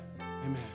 Amen